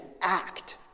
act